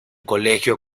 colegio